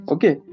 Okay